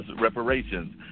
reparations